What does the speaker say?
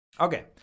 okay